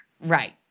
Right